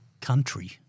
country